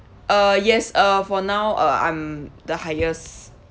uh yes uh for now uh I'm the highest